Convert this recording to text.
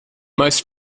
most